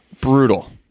brutal